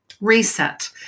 Reset